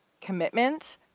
commitment